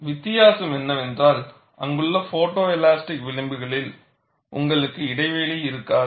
வித்தியாசம் என்னவென்றால் அங்குள்ள போட்டோ எலாஸ்டிக் விளிம்புகளில் உங்களுக்கு இடைவெளி இருக்காது